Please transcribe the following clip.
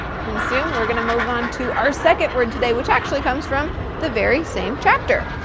consume. we're gonna move on to our second word today, which actually comes from, the very same chapter.